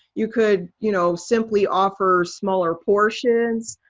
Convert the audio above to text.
you could you know simply offer smaller portions.